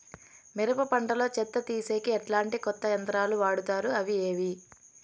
మిరప పంట లో చెత్త తీసేకి ఎట్లాంటి కొత్త యంత్రాలు వాడుతారు అవి ఏవి?